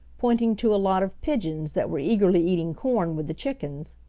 pointing to a lot of pigeons that were eagerly eating corn with the chickens.